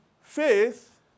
Faith